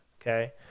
Okay